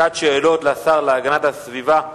שעת שאלות לשר להגנת הסביבה,